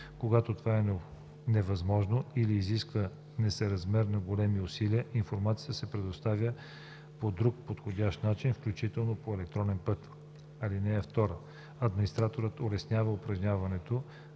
Когато това е невъзможно или изисква несъразмерно големи усилия, информацията се предоставя по друг подходящ начин, включително по електронен път. (2) Администраторът улеснява упражняването